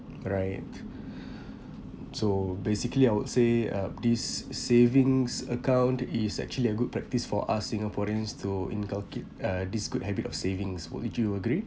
co~ right so basically I would say uh these savings account is actually a good practice for us singaporeans to inculcate uh this good habit of savings would you agree